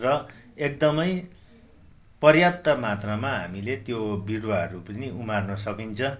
र एकदमै पर्याप्त मात्रामा हामीले त्यो बिरुवाहरू पनि उमार्न सकिन्छ